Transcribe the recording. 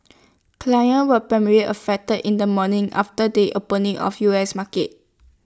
clients were primarily affected in the morning after they opening of U S markets